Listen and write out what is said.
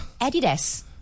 adidas